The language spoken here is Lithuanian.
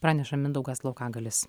praneša mindaugas laukagalis